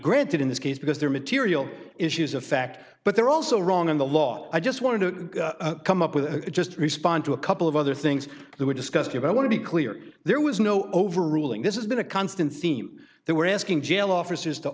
granted in this case because there material issues of fact but they're also wrong in the law i just want to come up with just respond to a couple of other things that were discussed here but i want to be clear there was no overruling this has been a constant theme they were asking jail officers to